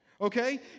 Okay